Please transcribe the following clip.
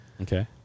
Okay